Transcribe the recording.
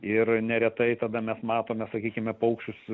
ir neretai tada mes matome sakykime paukščius